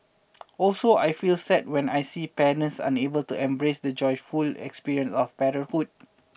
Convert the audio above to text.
also I feel sad when I see parents unable to embrace the joyful experience of parenthood